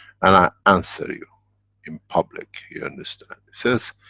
and i answer you in public you understand. it says.